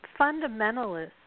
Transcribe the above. fundamentalists